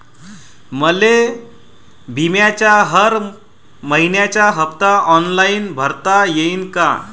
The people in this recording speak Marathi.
मले बिम्याचा हर मइन्याचा हप्ता ऑनलाईन भरता यीन का?